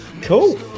cool